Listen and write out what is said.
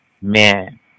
Man